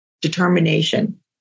Determination